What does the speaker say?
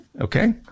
Okay